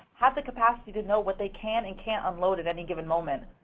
have the capacity to know what they can and can't unload at any given moment.